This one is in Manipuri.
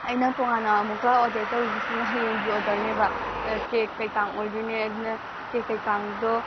ꯑꯩꯅ ꯇꯣꯉꯥꯟꯅ ꯑꯃꯨꯛꯀ ꯑꯣꯔꯗꯔ ꯇꯧꯗꯧꯔꯤꯕꯁꯤꯅ ꯍꯌꯦꯡꯒꯤ ꯑꯣꯔꯗꯔꯅꯦꯕ ꯀꯦꯛ ꯀꯩꯀꯥꯡ ꯑꯣꯏꯗꯣꯏꯅꯦ ꯑꯗꯨꯅ ꯀꯦꯛ ꯀꯩꯀꯥꯡꯗꯣ